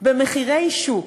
במחירי שוק.